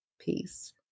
Peace